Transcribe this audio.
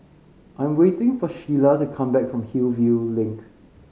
I'm waiting for Sheilah to come back from Hillview Link